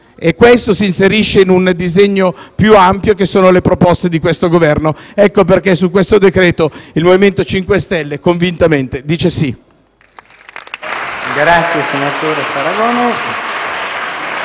Questo si inserisce in un disegno più ampio, che sono le proposte di questo Governo. Per tali ragioni su questo decreto-legge il MoVimento 5 Stelle convintamente dice sì.